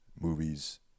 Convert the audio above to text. movies